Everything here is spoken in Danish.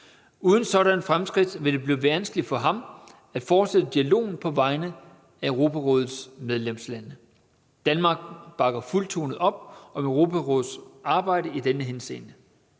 Uden sådanne fremskridt vil det blive vanskeligt for ham at fortsætte dialogen på vegne af Europarådets medlemslande. Danmark bakker fuldtonet op om Europarådets arbejde i denne henseende.